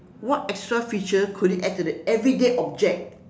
what extra feature could you add to the everyday object